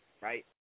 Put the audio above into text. Right